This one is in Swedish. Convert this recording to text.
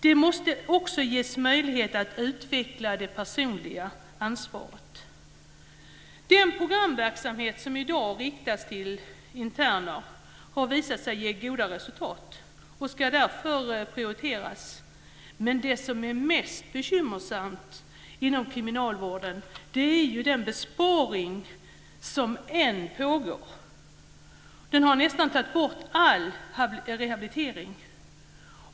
De måste också ges möjlighet att utveckla det personliga ansvaret. Den programverksamhet som i dag riktas till interner har visat sig ge goda resultat och ska därför prioriteras. Men det som är mest bekymmersamt inom kriminalvården är ju den besparing som ännu pågår. Man har nästan tagit bort all rehabilitering.